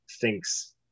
thinks